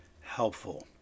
helpful